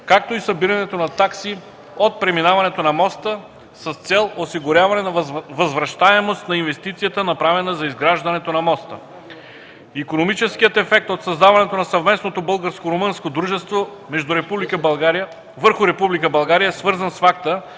както и събирането на такси от преминаването на моста с цел осигуряване на възвръщаемост на инвестицията, направена за изграждането на моста. Икономическият ефект от създаването на съвместното българо-румънско дружество върху Република България е свързан с факта,